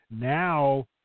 Now